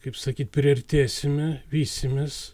kaip sakyt priartėsime vysimės